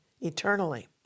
eternally